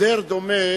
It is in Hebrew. הסדר דומה